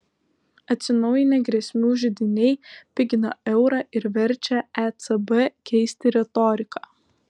atsinaujinę grėsmių židiniai pigina eurą ir verčia ecb keisti retoriką